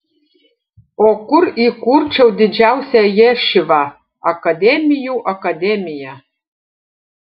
o kur įkurčiau didžiausią ješivą akademijų akademiją